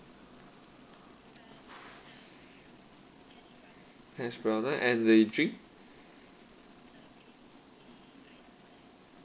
hash brown ah and the drink